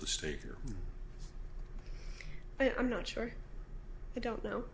to stay there but i'm not sure i don't know